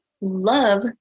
love